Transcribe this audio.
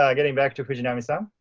um getting back to fujinami-san.